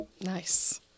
Nice